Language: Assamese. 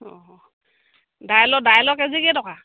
অঁ দাইলৰ দাইলৰ কেজি কেইটকা